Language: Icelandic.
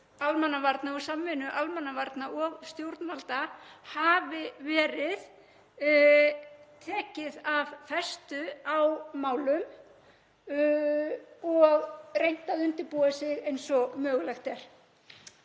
almannavarna og samvinnu almannavarna og stjórnvalda hafi verið tekið af festu á málum og reynt að undirbúa sig eins og mögulegt er.